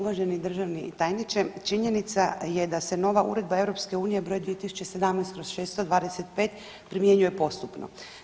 Uvaženi državni tajniče, činjenica je da se nova Uredba EU broj 2017/625 primjenjuje postupno.